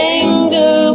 anger